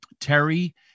Terry